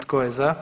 Tko je za?